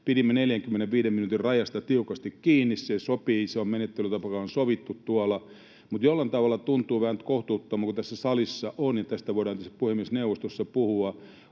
Pidimme 45 minuutin rajasta tiukasti kiinni. Se sopii, se on menettelytapa, joka on sovittu tuolla, mutta jollain tavalla tuntuu vähän nyt kohtuuttomalta — ja tästä voidaan tietysti puhemiesneuvostossa puhua